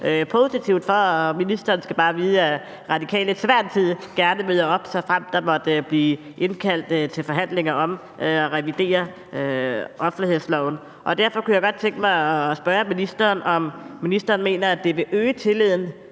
positivt for. Og ministeren skal bare vide, at Radikale til hver en tid gerne møder op, såfremt der måtte blive indkaldt til forhandlinger om at revidere offentlighedsloven. Derfor kunne jeg godt tænke mig at spørge ministeren, om han mener, at det vil øge tilliden